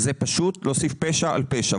זה פשוט להוסיף פשע על פשע.